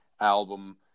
album